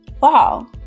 Wow